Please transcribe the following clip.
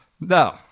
No